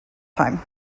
time